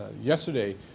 yesterday